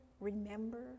remember